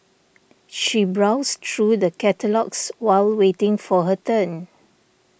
she browsed through the catalogues while waiting for her turn